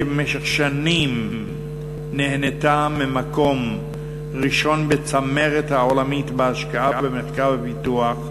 שבמשך שנים נהנתה ממקום ראשון בצמרת העולמית בהשקעה במחקר ופיתוח,